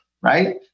right